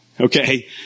Okay